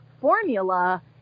formula